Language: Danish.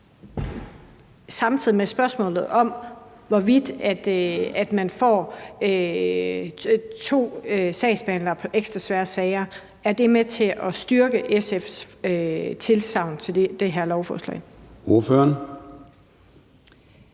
stille spørgsmålet, om det, at man får to sagsbehandlere på ekstra svære sager, er med til at styrke SF's tilsagn til det her lovforslag. Kl.